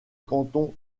canton